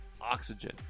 oxygen